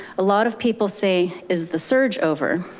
a lot of people say, is the surge over?